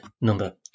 number